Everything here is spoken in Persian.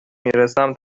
میرسم